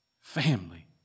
Family